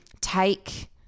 take